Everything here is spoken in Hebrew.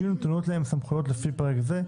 שיהיו נתונות להם סמכויות לפי פרק זה,